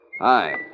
Hi